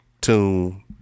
tune